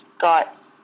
got